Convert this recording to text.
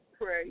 pray